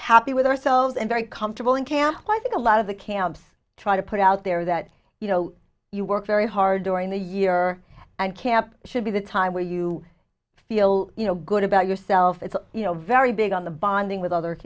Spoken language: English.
happy with ourselves and very comfortable in camp so i think a lot of the camps try to put out there that you know you work very hard during the year and camp should be the time where you feel you know good about yourself it's you know very big on the bonding with other